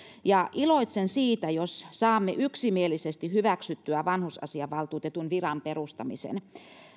iloitsen siitä jos saamme yksimielisesti hyväksyttyä vanhusasiavaltuutetun viran perustamisen